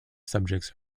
subjects